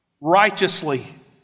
righteously